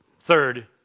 Third